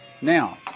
Now